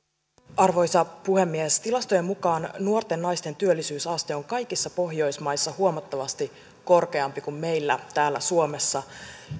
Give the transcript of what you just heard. arvoisa puhemies tilastojen mukaan nuorten naisten työllisyysaste on kaikissa pohjoismaissa huomattavasti korkeampi kuin meillä täällä suomessa